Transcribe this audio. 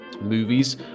Movies